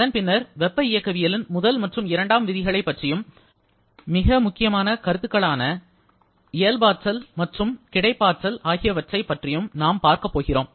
அதன் பின்னர் வெப்ப இயக்கவியலின் முதல் மற்றும் இரண்டாம் விதிகளைப் பற்றியும் மிக முக்கியமான கருத்துகளான இயல்பாற்றல் மற்றும் கிடைப்பாற்றல் ஆகியவற்றைப் பற்றியும் நாம் பார்க்கப் போகிறோம்